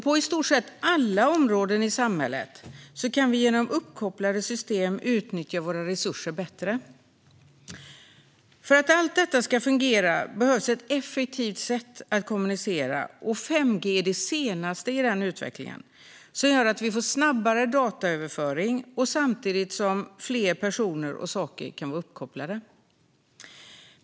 På i stort sett alla områden i samhället kan vi genom uppkopplade system utnyttja våra resurser bättre. För att allt detta ska fungera behövs ett effektivt sätt att kommunicera. 5G är det senaste i den utvecklingen, som gör att vi får snabbare dataöverföring samtidigt som fler personer och saker kan vara uppkopplade.